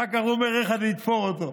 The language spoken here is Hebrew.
ואחר כך הוא אומר: איך אני אתפור אותו?